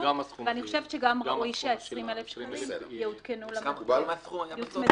ואני חושבת שראוי שגם ה-20,000 שקלים יוצמדו למדד.